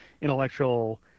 intellectual